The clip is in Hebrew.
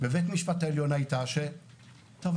לבית המשפט העליות הייתה: טוב,